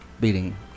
beating